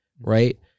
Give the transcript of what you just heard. right